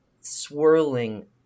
swirling